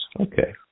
Okay